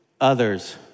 others